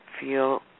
feel